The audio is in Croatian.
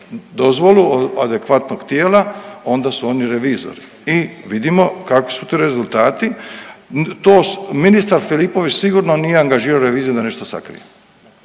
dozvolu adekvatnog tijela onda su oni revizori i vidimo kakvi su to rezultati, to, ministar Filipović sigurno nije angažirao reviziju da nešto sakriju,